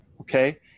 okay